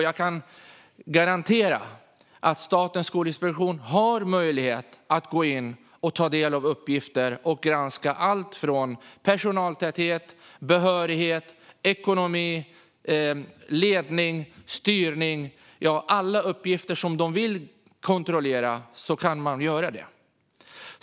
Jag kan garantera att Statens skolinspektion har möjlighet att gå in och ta del av uppgifter och granska allt från personaltäthet, behörighet, ekonomi, ledning till styrning. Alla uppgifter de vill kontrollera kan de kontrollera.